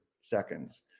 seconds